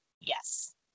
Yes